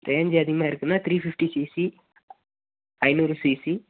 range அதிகமாக இருக்குன்னா three fifty CC ஐநூறு சிசி